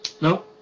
No